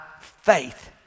faith